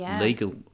legal